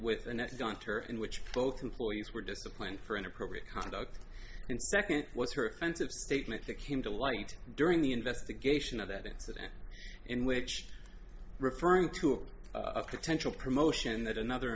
doctor in which both employees were disciplined for inappropriate conduct and second it was her offensive statement that came to light during the investigation of that incident in which referring to a potential promotion that another